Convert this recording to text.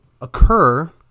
occur